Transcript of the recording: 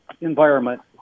environment